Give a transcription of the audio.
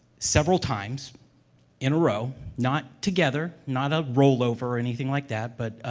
several times in a row, not together, not a rollover or anything like that, but, ah,